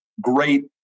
Great